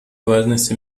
важность